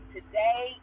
Today